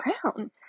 crown